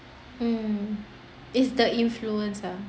mm it's the influenza